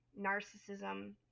narcissism